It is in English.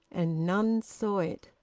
and none saw it.